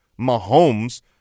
Mahomes